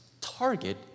Target